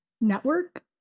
network